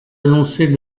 annoncés